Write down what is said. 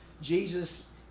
Jesus